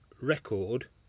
record